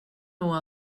nog